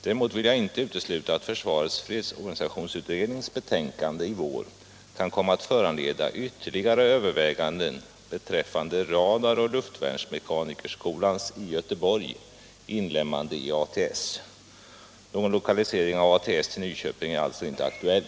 Däremot vill jag inte utesluta att försvarets fredsorganisationsutrednings betänkande i vår kan komma att föranleda ytterligare överväganden beträffande radaroch luftvärnsmekanikerskolans i Göteborgs inlemmande i ATS. Någon lokalisering av ATS till Nyköping är alltså inte aktuell.